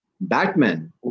Batman